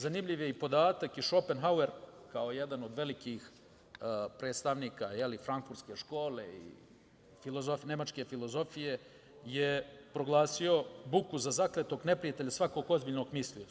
Zanimljiv je podatak da je i Šopenhauer kao jedan od velikih predstavnika frankfurtske škole i nemačke filozofije proglasio buku za zakletog neprijatelja svakog ozbiljnog mislioca.